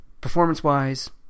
performance-wise